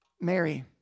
Mary—